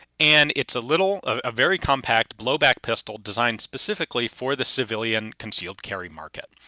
and it's a little, a very compact, blowback pistol designed specifically for the civilian concealed carry market.